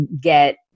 get